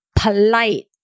polite